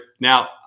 Now